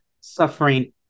suffering